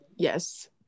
yes